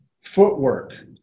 footwork